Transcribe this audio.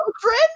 children